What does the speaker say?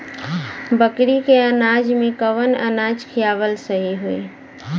बकरी के अनाज में कवन अनाज खियावल सही होला?